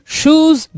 shoes